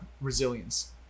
resilience